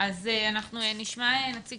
את נציג